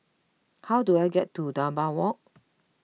how do I get to Dunbar Walk